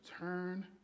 turn